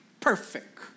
perfect